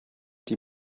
die